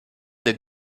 des